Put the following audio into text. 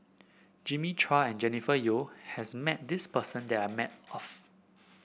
Jimmy Chua and Jennifer Yeo has met this person that I met of